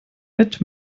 mit